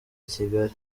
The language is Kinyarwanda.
kigali